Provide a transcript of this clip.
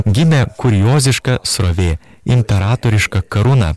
gimė kurioziška srovė imperatoriška karūna